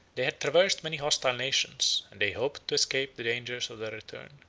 they had traversed many hostile nations and they hoped to escape the dangers of their return,